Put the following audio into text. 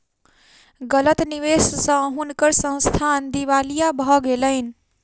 गलत निवेश स हुनकर संस्थान दिवालिया भ गेलैन